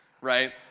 right